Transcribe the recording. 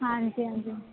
ਹਾਂਜੀ ਹਾਂਜੀ